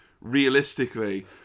realistically